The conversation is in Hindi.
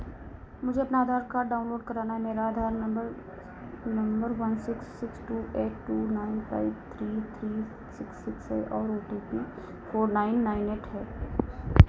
मुझे अपना आधार कार्ड डाउनलोड कराना है मेरा Aadhaar number number one six six two eight two nine five three three six six है और O T P four nine nine eight है